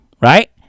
right